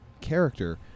character